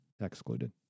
excluded